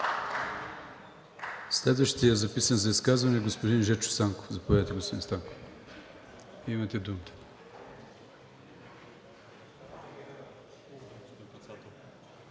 Следващият записан за изказване е господин Жечо Станков